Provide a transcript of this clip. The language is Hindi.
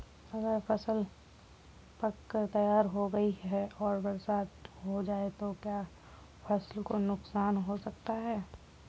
अगर फसल पक कर तैयार हो गई है और बरसात हो जाए तो क्या फसल को नुकसान हो सकता है?